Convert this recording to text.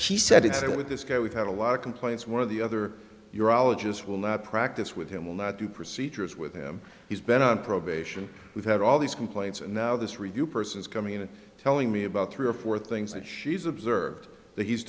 she said it's that with this guy we've had a lot of complaints one of the other your ologist will not practice with him will not do procedures with him he's been on probation we've had all these complaints and now this review person is coming in and telling me about three or four things that she's observed that he's